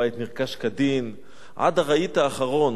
הבית נרכש כדין עד הרהיט האחרון,